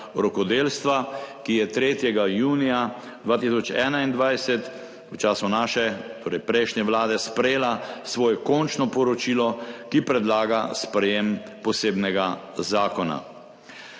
rokodelstva, ki je 3. junija 2021, v času naše, torej prejšnje vlade, sprejela svoje končno poročilo, ki predlaga sprejetje posebnega zakona.